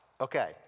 Okay